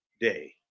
day